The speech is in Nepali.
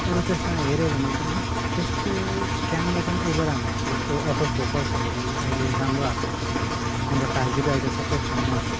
अरू त्यसमा हेऱ्यो भने चाहिँ नि त्यसको क्यामेरा चाहिँ ओभर राम्रो हुन्छ जस्तो अटो फोकसहरू अहिले राम्रो आएको छ त्यसमा अन्त फाइभ जी त अहिले सबै फोनमा छ